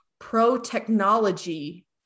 pro-technology